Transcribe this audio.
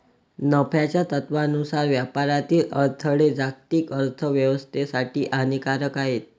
नफ्याच्या तत्त्वानुसार व्यापारातील अडथळे जागतिक अर्थ व्यवस्थेसाठी हानिकारक आहेत